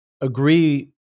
agree